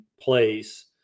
place